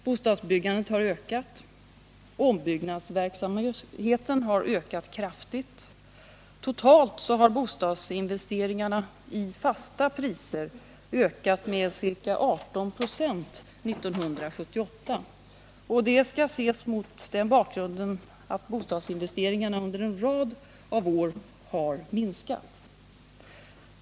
Bostadsbyggandet har ökat. Ombyggnadsverksamheten har ökat kraftigt. Totalt har bostadsinvesteringarna i fasta priser ökat med ca 18 26 under 1978. Det skall ses mot den bakgrunden att bostadsinvesteringarna under en rad av år har minskat.